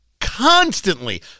constantly